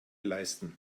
leisten